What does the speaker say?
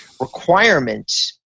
requirements